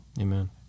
Amen